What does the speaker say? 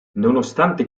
nonostante